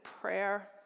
prayer